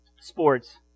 Sports